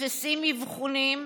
מפספסים אבחונים,